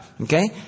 Okay